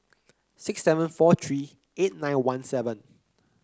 six seven four three eight nine one seven